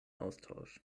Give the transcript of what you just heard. austausch